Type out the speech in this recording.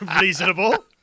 Reasonable